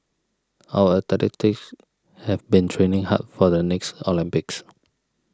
our athletes have been training hard for the next Olympics